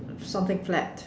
something flat